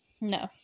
no